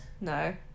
No